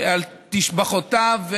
את שבחיו,